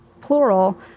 plural